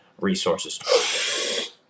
resources